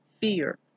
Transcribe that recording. fear